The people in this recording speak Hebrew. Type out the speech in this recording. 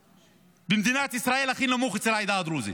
הכי נמוך היום במדינת ישראל הוא אצל העדה הדרוזית,